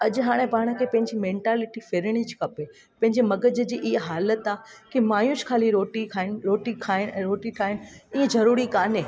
अॼु हाणे पाण खे पंहिंजी मैंटालिटी फेरिणी खपे पंहिंजे मग़ज़ जी ईअं हालति आहे की मायूं ख़ाली रोटी खाइनि रोटी खाए रोटी ठाहिनि ईअं ज़रूरी कोन्हे